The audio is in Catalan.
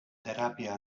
teràpia